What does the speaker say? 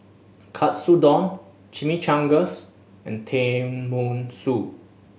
Katsudon Chimichangas and Tenmusu